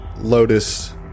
lotus